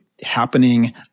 happening